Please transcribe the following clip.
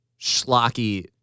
schlocky